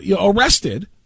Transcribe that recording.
arrested